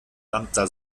lambda